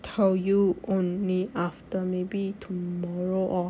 tell you only after maybe tomorrow or